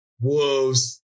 wolves